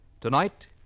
Tonight